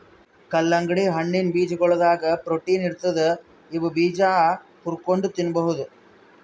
ಕಲ್ಲಂಗಡಿ ಹಣ್ಣಿನ್ ಬೀಜಾಗೋಳದಾಗ ಪ್ರೊಟೀನ್ ಇರ್ತದ್ ಇವ್ ಬೀಜಾ ಹುರ್ಕೊಂಡ್ ತಿನ್ಬಹುದ್